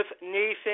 Nathan